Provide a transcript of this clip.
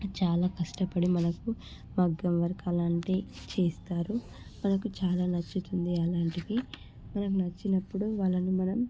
చాలా కష్టపడి మనకు మగ్గం వర్క్ అలాంటివి చేస్తారు మనకు చాలా నచ్చుతుంది అలాంటిది మనకి నచ్చినప్పుడు వాళ్ళని మనం